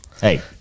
Hey